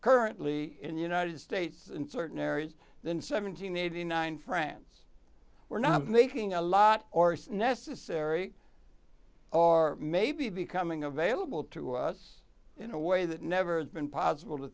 currently in the united states in certain areas than seven hundred eighty nine france we're not making a lot or it's necessary or maybe becoming available to us in a way that never been possible to